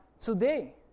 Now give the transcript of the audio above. today